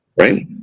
Right